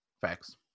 Facts